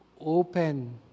Open